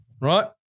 Right